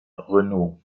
renault